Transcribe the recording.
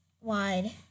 wide